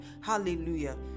hallelujah